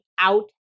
out